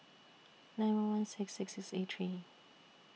nine one one six six six eight three